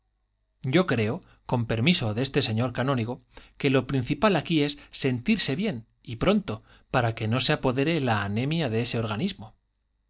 yo creo con permiso de este señor canónigo que lo principal aquí es sentirse bien y pronto para que no se apodere la anemia de ese organismo